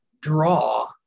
draw